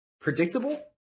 predictable